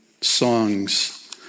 songs